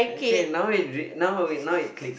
okay now it really now now it click